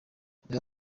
reba